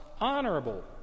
honorable